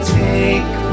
take